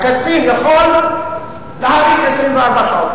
הקצין יכול להאריך ב-24 שעות,